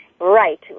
Right